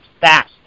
fast